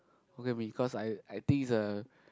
Hokkien Mee cause I I think is a